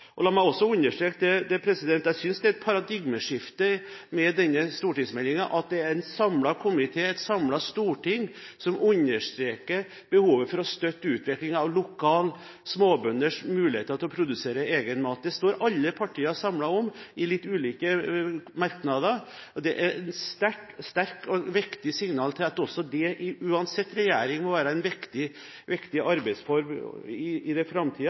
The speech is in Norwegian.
La meg også understreke at jeg synes vi får et paradigmeskifte med denne stortingsmeldingen. Det er en samlet komité og et samlet storting som understreker behovet for å støtte utviklingen av lokale småbønders muligheter til å produsere egen mat. Det står alle partier samlet om i litt ulike merknader. Det er et sterkt og viktig signal til at dette – uansett regjering – må være en viktig arbeidsform i framtiden; at man innenfor utviklingspolitikken styrker muligheten til å produsere mat rundt omkring i verden. Da blir det